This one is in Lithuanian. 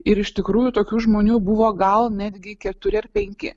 ir iš tikrųjų tokių žmonių buvo gal netgi keturi ar penki